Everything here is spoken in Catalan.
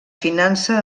finança